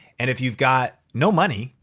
and if you've got no money,